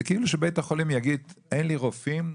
זה כאילו שבית חולים יגיד אין לי רופאים,